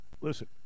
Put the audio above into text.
listen